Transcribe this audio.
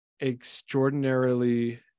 extraordinarily